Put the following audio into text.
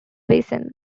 basin